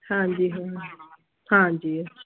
ਹਾਂਜੀ ਹਾਂ ਹਾਂਜੀ